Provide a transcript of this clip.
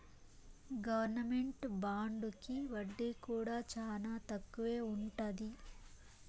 government బాండుకి వడ్డీ కూడా చానా తక్కువే ఉంటది